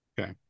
Okay